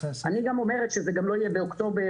אני גם אומרת שזה לא יהיה באוקטובר.